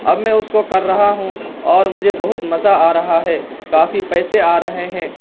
اب میں اس کو کر رہا ہوں اور مجھے بہت مزہ آ رہا ہے کافی پیسے آ رہے ہیں